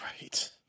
right